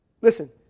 Listen